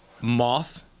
moth